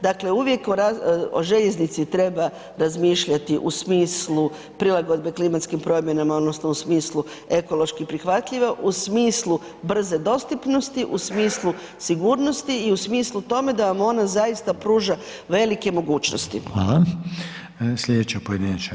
Dakle uvijek o željeznici treba razmišljati u smislu prilagodbe klimatskim promjenama odnosno u smislu ekološki prihvatljive, u smislu brze dostupnosti, u smislu sigurnosti i u smislu tome da vam ona zaista pruža velike mogućnosti.